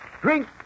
Drink